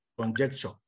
conjecture